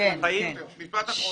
משפט אחרון.